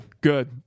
Good